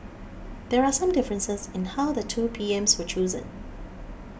but there are some differences in how the two PMs were chosen